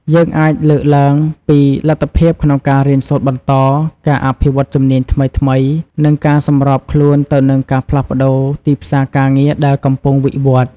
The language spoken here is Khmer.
យើងអាចលើកឡើងពីលទ្ធភាពក្នុងការរៀនសូត្របន្ត ការអភិវឌ្ឍន៍ជំនាញថ្មីៗ និងការសម្របខ្លួនទៅនឹងការផ្លាស់ប្តូរទីផ្សារការងារដែលកំពុងវិវត្តន៍។